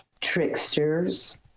tricksters